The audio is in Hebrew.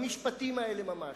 במשפטים האלה ממש,